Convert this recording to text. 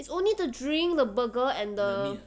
it's only the drink the burger and the